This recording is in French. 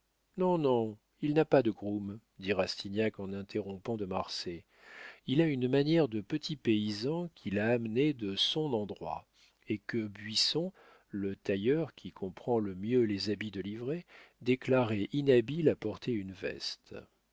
non non il n'a pas de groom dit rastignac en interrompant de marsay il a une manière de petit paysan qu'il a amené de son endroit et que buisson le tailleur qui comprend le mieux les habits de livrée déclarait inhabile à porter une veste